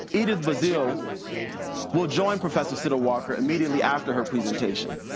edith bazile will join professor siddle walker immediately after her presentation.